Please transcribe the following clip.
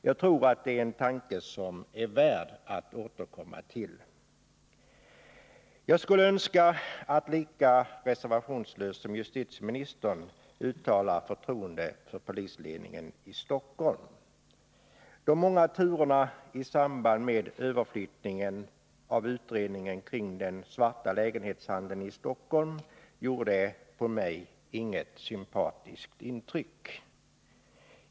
Jag tror att det är en tanke som är värd att återkomma till. Jag skulle önska att jag lika reservationslöst som justitieministern kunde uttala förtroende för polisledningen i Stockholm. De många turerna i samband med överflyttningen av utredningen kring den svarta lägenhetshandeln i Stockholm gjorde på mig inget sympatiskt intryck.